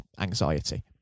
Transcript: anxiety